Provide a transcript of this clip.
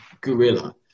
gorilla